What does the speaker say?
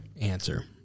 answer